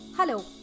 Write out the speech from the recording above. Hello